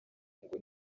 ngo